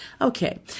Okay